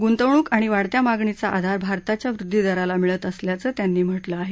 गुंतवणूक आणि वाढत्या मागणीचा आधार भारताच्या वृद्वी दराला मिळत असल्याचं त्यांनी म्हटलं आहे